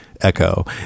echo